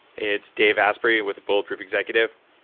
it's dave asprey with bulletproof executive.